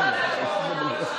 הבחירות,